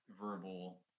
verbal